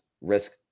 risk